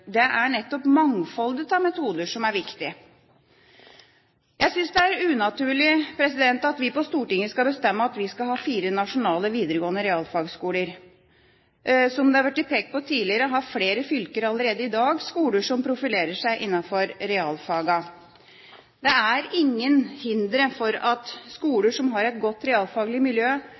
Det er nettopp mangfoldet av metoder som er viktig. Jeg synes det er unaturlig at vi på Stortinget skal bestemme at vi skal ha fire nasjonale videregående realfagskoler. Som det har vært pekt på tidligere, har flere fylker allerede i dag skoler som profilerer seg innenfor realfagene. Det er ingenting til hinder for at skoler som har et godt realfaglig miljø,